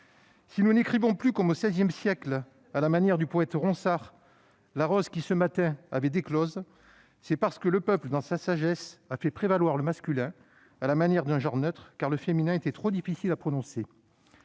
Si nous n'écrivons plus comme au XVI siècle, à la manière du poète Ronsard, « la rose qui ce matin avait déclose », c'est parce que le peuple, dans sa sagesse, a fait prévaloir le masculin, à la manière d'un genre neutre, car le féminin était trop difficile à prononcer.